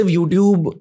YouTube